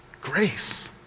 grace